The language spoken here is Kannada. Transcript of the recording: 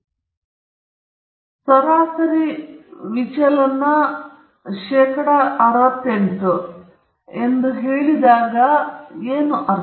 ಆದ್ದರಿಂದ ಸರಾಸರಿ ಒಂದು ವಿಚಲನ ಒಳಗೆ 68 ಶೇಕಡಾ ಮತ್ತು ನೀವು ಸರಾಸರಿ ಒಂದು ವಿಚಲನ ಹೇಳಿದಾಗ ನಾವು ಎರಡೂ ಬದಿಯಲ್ಲಿ ಸರಾಸರಿ ಎಂದು ಅರ್ಥ